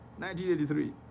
1983